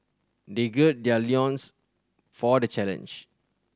they gird their loins for the challenge